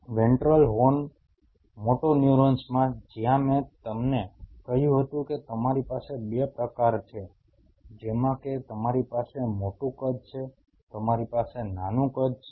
ventral horn મોટોન્યુરોન્સમાં જ્યાં મેં તમને કહ્યું હતું કે તમારી પાસે 2 પ્રકાર છે જેમા કે તમારી પાસે મોટું કદ છે તમારી પાસે નાનું કદ છે